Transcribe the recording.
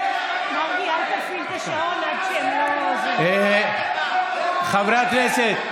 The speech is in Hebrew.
אל תפעיל את השעון עד שהם לא, חברי הכנסת.